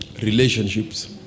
relationships